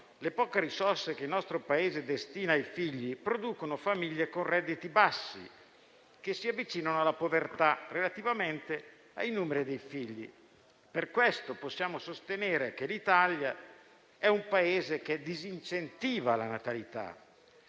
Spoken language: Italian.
Le poche risorse che il nostro Paese destina ai figli producono famiglie con redditi bassi, che si avvicinano alla povertà relativamente al numero dei figli. Possiamo quindi sostenere che l'Italia è un Paese che disincentiva la natalità,